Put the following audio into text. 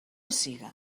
siga